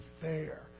fair